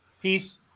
Peace